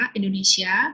Indonesia